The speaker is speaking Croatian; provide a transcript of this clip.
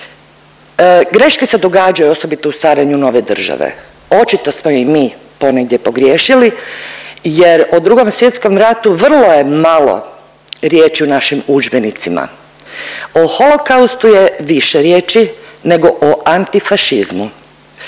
Greške se događaju, osobito u stvaranju nove države. Očito smo i mi ponegdje pogriješili jer o Drugom svjetskom ratu vrlo je malo riječi u našim udžbenicima. O Holokaustu je više riječi nego o antifašizmu,